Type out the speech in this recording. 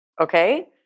Okay